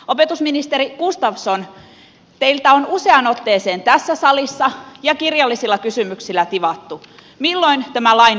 opetusministeri gustafsson teiltä on useaan otteeseen tässä salissa ja kirjallisilla kysymyksillä tivattu milloin tämä lain valmistelu alkaa